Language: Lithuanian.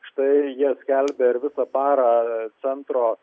štai jie skelbia ir visą parą centro